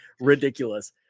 ridiculous